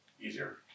easier